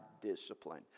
discipline